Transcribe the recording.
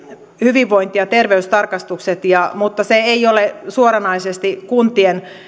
hyvinvointi ja terveystarkastukset mutta se ei ole suoranaisesti kuntien